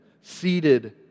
Seated